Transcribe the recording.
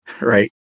right